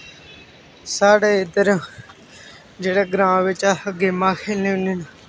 साढ़े इद्धर जेह्ड़े ग्रां बिच अस गेमां खेलने होन्ने